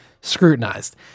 scrutinized